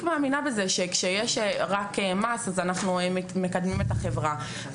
מאמינה בכך שרק כשיש מס אנחנו מקדמים את החברה,